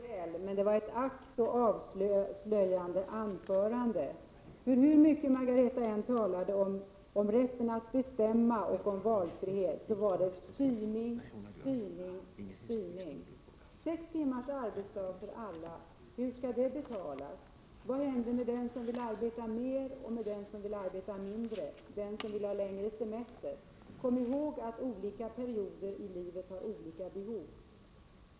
Fru talman! Margareta Winberg talade väl — men ack, vilket avslöjande anförande! Hur mycket hon än talade om rätten att bestämma och om valfriheten, var det ändå bara fråga om styrning och åter styrning. Hur skall sex timmars arbetsdag för alla betalas? Vad händer med den som vill arbeta mer eller den som vill arbeta mindre? Vad händer med den som vill ha längre semester? Kom ihåg att människor under olika perioder i livet har olika behov!